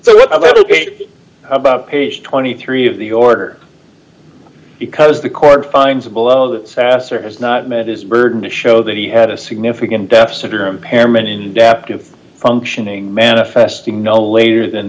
so what ok about page twenty three of the order because the court finds of all of that sasser has not met his burden to show that he had a significant deficit or impairment in depth of functioning manifesting no later than